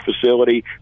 facility